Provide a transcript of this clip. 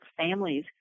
families